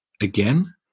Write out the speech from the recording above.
again